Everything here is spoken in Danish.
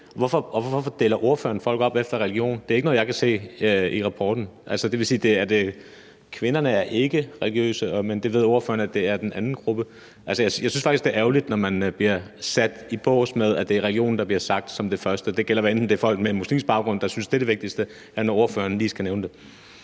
hvorfor deler ordføreren folk op efter religion? Det er ikke noget, jeg kan se i rapporten. Altså, det vil sige, at kvinderne ikke er religiøse, men det ved ordføreren at den anden gruppe er? Jeg synes faktisk, det er ærgerligt, når man bliver sat i bås, og at det er religionen, der bliver sagt som det første. Det gælder, hvad enten det er folk med en muslimsk baggrund, der synes, at det er det vigtigste, eller når ordføreren lige skal nævne det.